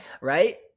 right